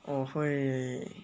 我会